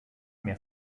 mehr